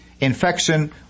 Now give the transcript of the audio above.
Infection